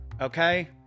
okay